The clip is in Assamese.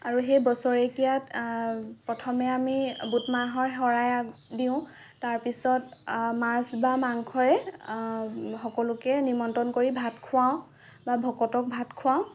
আৰু সেই বছৰেকীয়াত প্ৰথমে আমি বুটমাহৰ শৰাই আগ দিওঁ তাৰ পিছত মাছ বা মাংসৰে সকলোকে নিমন্ত্ৰণ কৰি ভাত খোৱাওঁ বা ভকতক ভাত খোৱাওঁ